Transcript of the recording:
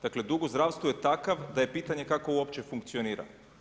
Dakle, dug u zdravstvu je takav da je pitanje kako uopće funkcionira.